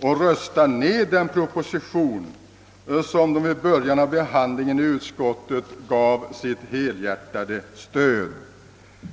och rösta ned den proposition som de vid början av behandlingen i utskottet gav sitt helhjärtade stöd.